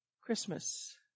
Christmas